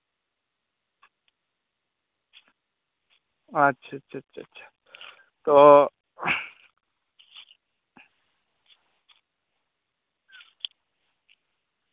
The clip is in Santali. ᱟᱪᱪᱷᱟ ᱪᱷᱟ ᱪᱷᱟ ᱪᱷᱟ ᱛᱚ